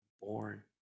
born